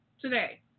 today